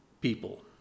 people